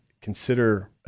consider